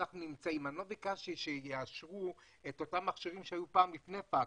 לא ביקשתי שיאשרו את אותם מכשירים שהיו פעם לפני הפקס.